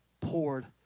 poured